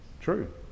true